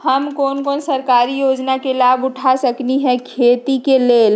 हम कोन कोन सरकारी योजना के लाभ उठा सकली ह खेती के लेल?